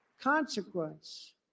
consequence